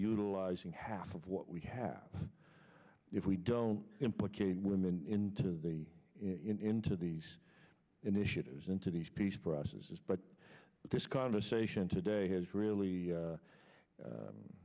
utilizing half of what we have if we don't implicate women into the into these initiatives into these peace processes but this conversation today has really